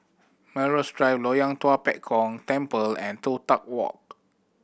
Melrose Drive Loyang Tua Pek Kong Temple and Toh Tuck Walk